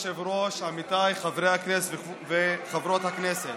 כבוד היושב-ראש, עמיתיי חברי הכנסת וחברות הכנסת,